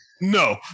No